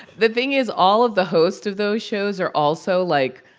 the thing is, all of the hosts of those shows are also, like,